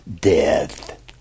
death